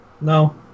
No